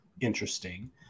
interesting